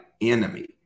enemy